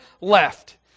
left